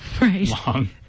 Right